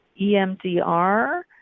EMDR